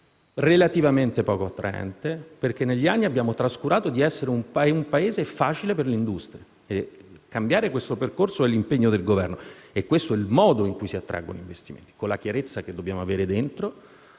relativamente poco attraente, perché negli anni abbiamo trascurato di essere un Paese facile per le industrie. Cambiare questo percorso è l'impegno del Governo; è questo il modo in cui si attraggono gli investimenti, mantenendo in noi